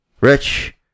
rich